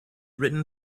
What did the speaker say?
written